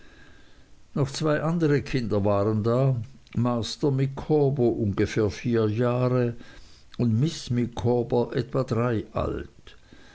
noch zwei andere kinder waren da master micawber ungefähr vier jahre und miß micawber etwa drei alt